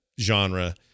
genre